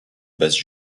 basse